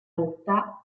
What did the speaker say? rotta